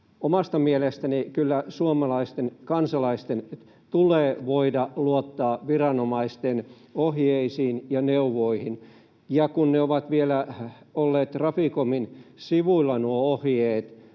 Omasta mielestäni kyllä suomalaisten kansalaisten tulee voida luottaa viranomaisten ohjeisiin ja neuvoihin. Ja kun ne ohjeet ovat vielä olleet Traficomin sivuilla,